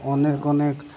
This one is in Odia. ଅନେକ ଅନେକ